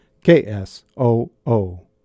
KSOO